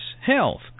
health